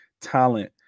talent